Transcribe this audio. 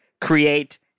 create